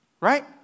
Right